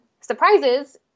surprises